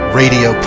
radio